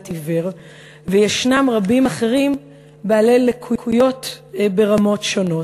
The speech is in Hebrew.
עיוור וישנם רבים אחרים בעלי לקויות ברמות שונות.